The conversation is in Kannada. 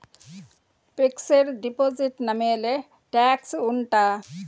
ಫಿಕ್ಸೆಡ್ ಡೆಪೋಸಿಟ್ ನ ಮೇಲೆ ಟ್ಯಾಕ್ಸ್ ಉಂಟಾ